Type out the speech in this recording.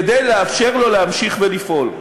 כדי לאפשר לו להמשיך ולפעול.